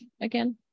again